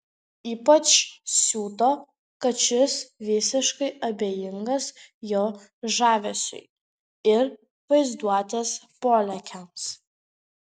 ypač siuto kad šis visiškai abejingas jo žavesiui ir vaizduotės polėkiams